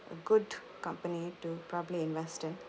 a good company to probably invest in